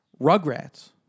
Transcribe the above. Rugrats